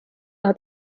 hat